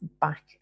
back